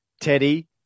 Teddy